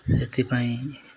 ସେଥିପାଇଁ